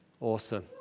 Awesome